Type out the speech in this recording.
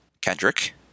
Kendrick